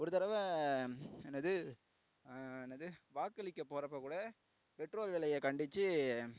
ஒரு தடவை என்னது என்னது வாக்களிக்க போகிறப்ப கூட பெட்ரோல் விலைய கண்டித்து